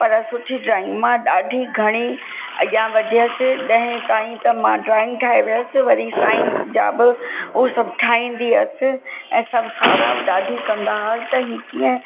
पर सुठी ड्रॉइंग मां ॾाढी घणी अॻियां वधियसि ॾहें ताईं त मां ड्रॉइंग ठाहे वियसि वरी साइंस जा बि हू सभु ठाहींदी हुअसि ऐं सभु सारा ॾाढी कंदा हुआ त ही कीअं